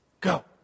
go